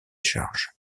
charges